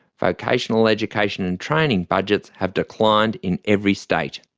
vocational education and training budgets have declined in every state.